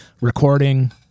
recording